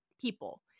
people